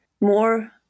more